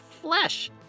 flesh